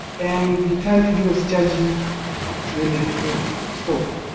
and the tariff he was charging will have to stop.